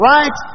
Right